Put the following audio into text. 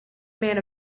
man